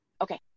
Okay